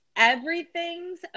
everything's